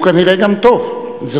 שהוא כנראה גם טוב.